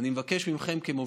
אנחנו חייבים לעצור את זה.